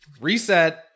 reset